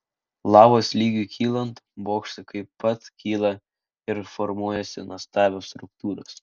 lavos lygiui kylant bokštai taip pat kyla ir formuojasi nuostabios struktūros